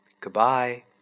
Goodbye